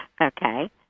Okay